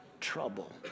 trouble